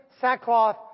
sackcloth